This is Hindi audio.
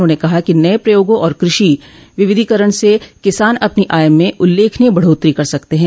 उन्होंने कहा कि नये प्रयोगों और कृषि विविधीकरण से किसान अपनी आय में उल्लेखनीय बढ़ोत्तरी कर सकते हैं